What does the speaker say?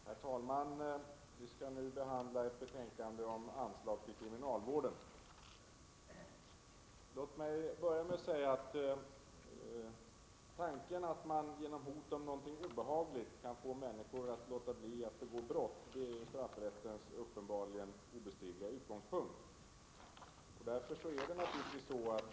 Herr talman! Vi skall nu behandla ett betänkande om anslag till kriminalvården. Låt mig inledningsvis säga att tanken att man genom hot om någonting obehagligt kan få människor att låta bli att begå brott obestridligen är straffrättens utgångspunkt.